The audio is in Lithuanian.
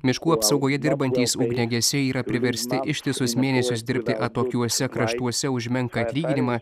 miškų apsaugoje dirbantys ugniagesiai yra priversti ištisus mėnesius dirbti atokiuose kraštuose už menką atlyginimą